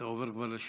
אתה עובר כבר לש"ס.